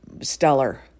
stellar